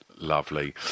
lovely